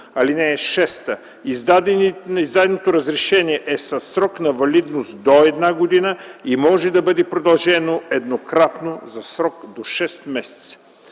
му. (6) Издаденото разрешение е със срок на валидност до една година и може да бъде продължено еднократно за срок до 6 месеца.